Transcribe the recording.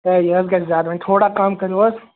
ہے یہِ حظ گَژھِ زیادٕ وۅنۍ تھوڑا کم کٔرِو حظ